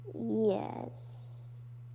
Yes